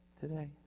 today